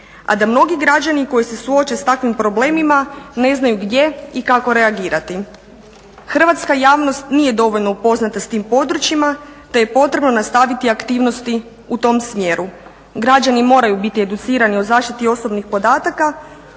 a da mnogi građani koji se suoče sa takvim problemima ne znaju gdje i kako reagirati. Hrvatska javnost nije dovoljno upoznata sa tim područjima, te je potrebno nastaviti aktivnosti u tom smjeru. Građani moraju biti educirani o zaštiti osobnih podataka,